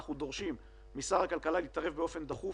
אנחנו דורשים משר הכלכלה להתערב באופן דחוף